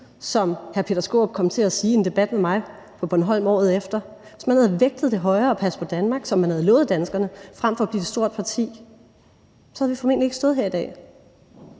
som hr. Peter Skaarup kom til at sige i en debat med mig på Bornholm året efter – hvis man havde vægtet det højere at passe på Danmark, som man havde lovet danskerne, frem for at blive et stort parti – så formentlig ikke havde stået her i dag.